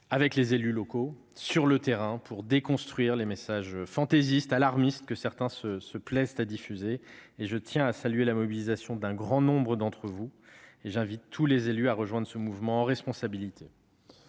avec les élus locaux, sur le terrain, pour déconstruire les messages fantaisistes et alarmistes que certains se plaisent à diffuser. Je tiens à saluer la mobilisation d'un grand nombre d'entre vous et j'invite tous les élus à rejoindre ce mouvement, en responsabilité.